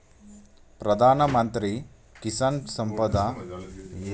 ప్రధాన మంత్రి కిసాన్ సంపద యోజన కి ఎలా అప్లయ్ చేసుకోవాలి? అర్హతలు ఏంటివి? లాభాలు ఏమొస్తాయి?